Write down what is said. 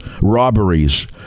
robberies